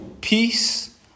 peace